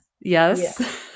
Yes